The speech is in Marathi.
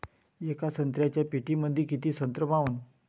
येका संत्र्याच्या पेटीमंदी किती संत्र मावन?